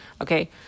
okay